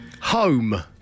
Home